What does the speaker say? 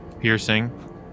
Piercing